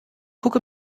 gucke